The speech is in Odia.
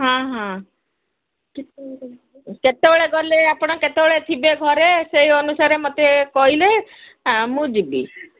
ହଁ ହଁ କେତେବେଳେ ଗଲେ ଆପଣ କେତେବେଳେ ଥିବେ ଘରେ ସେଇ ଅନୁସାରେ ମୋତେ କହିଲେ ମୁଁ ଯିବି